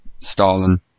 Stalin